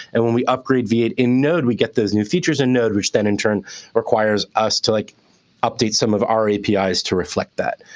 and when we upgrade v eight in node, we get those new features in node, which then in turn requires us to like update some of our apis to reflect that.